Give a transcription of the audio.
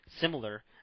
similar